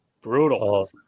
Brutal